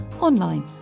online